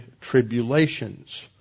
tribulations